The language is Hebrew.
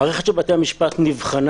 המערכת של בתי המשפט נבחנה,